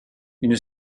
une